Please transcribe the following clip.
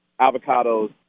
avocados